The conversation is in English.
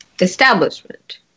establishment